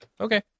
Okay